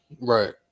Right